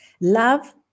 Love